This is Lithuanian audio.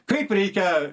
kaip reikia